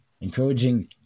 encouraging